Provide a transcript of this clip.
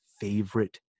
favorite